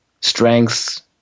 strengths